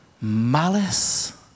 malice